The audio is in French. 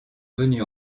venus